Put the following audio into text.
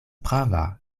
prava